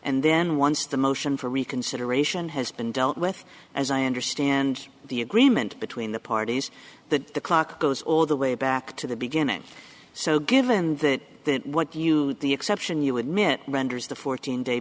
and then once the motion for reconsideration has been dealt with as i understand the agreement between the parties that the clock goes all the way back to the beginning so given that what you the exception you admit renders the fourteen day